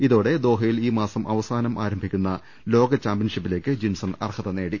ഇതോടെ ദോഹയിൽ ഈമാസം അവസാനം ആരംഭിക്കുന്ന ലോക ചാമ്പൃൻഷിപ്പിലേക്ക് ജിൻസൺ അർഹത നേടി